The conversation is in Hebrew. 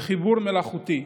בחיבור מלאכותי.